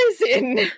prison